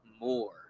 more